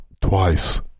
Twice